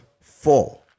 Four